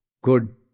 good